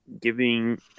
giving